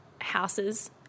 houses